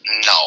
No